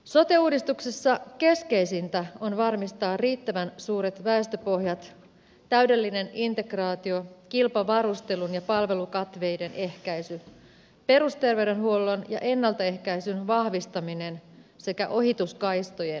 sote uudistuksessa keskeisintä on varmistaa riittävän suuret väestöpohjat täydellinen integraatio kilpavarustelun ja palvelukatveiden ehkäisy perusterveydenhuollon ja ennaltaehkäisyn vahvistaminen sekä ohituskaistojen tilkitseminen